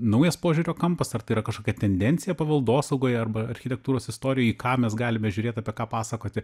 naujas požiūrio kampas ar tai yra kažkokia tendencija paveldosaugoj arba architektūros istorijoj į ką mes galime žiūrėt apie ką pasakoti